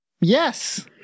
Yes